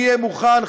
אני אהיה מוכן,